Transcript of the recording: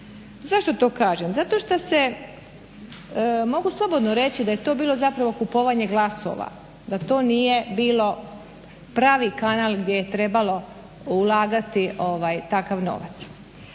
Zašto to kažem? Zato što se, mogu slobodno reći da je to bilo zapravo kupovanje glasova, da to nije bilo pravi kanal gdje je trebalo ulagati takav novac.